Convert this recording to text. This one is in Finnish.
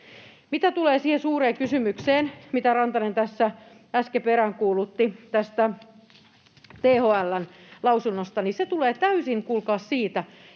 Mitä tulee siihen suureen kysymykseen, mitä Rantanen tässä äsken peräänkuulutti tästä THL:n lausunnosta, niin se tulee täysin, kuulkaa, siitä,